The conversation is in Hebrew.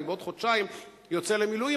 אני בעוד חודשיים יוצא למילואים,